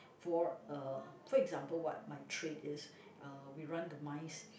for uh for example what my trade is uh we run the mice